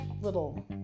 little